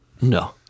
No